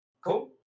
Cool